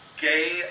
gay